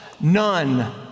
None